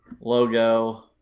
logo